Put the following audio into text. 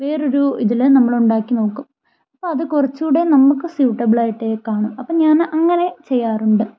വേറൊരു ഇതിൽ നമ്മൾ ഉണ്ടാക്കി നോക്കും അപ്പോൾ അത് കുറച്ചുകൂടെ നമുക്ക് സ്യുട്ടബിൾ ആയിട്ട് കാണും അപ്പോൾ ഞാൻ അങ്ങനെ ചെയ്യാറുണ്ട്